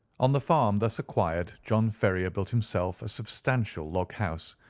on the farm thus acquired john ferrier built himself a substantial log-house,